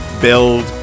build